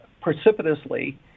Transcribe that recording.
precipitously